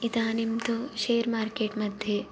इदानीं तु शेर् मार्केट्मध्ये